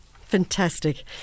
fantastic